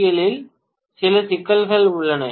L இல் சில சிக்கல்கள் உள்ளன என்